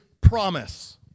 promise